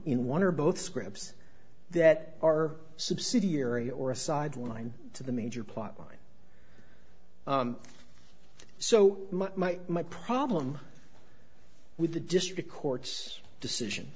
in one or both scripts that are subsidiary or a sideline to the major plot line so much might my problem with the district court's decision